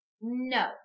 No